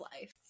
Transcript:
life